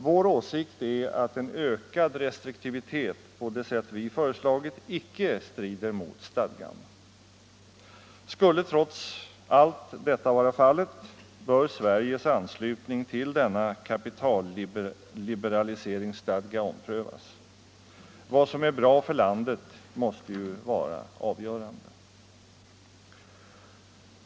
Vår åsikt är att en ökad restriktivitet på det sätt som vi föreslagit icke strider mot stadgan. Skulle trots allt detta vara fallet bör Sveriges anslutning till denna kapitalliberaliseringsstadga omprövas. Vad som är bra för landet måste vara avgörande.